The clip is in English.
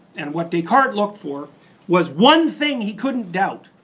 and what descartes looked for was one thing he couldn't doubt.